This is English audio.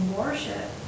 worship